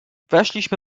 weszliśmy